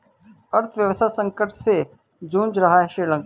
अर्थव्यवस्था संकट से जूझ रहा हैं श्रीलंका